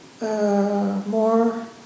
more